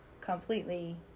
completely